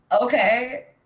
Okay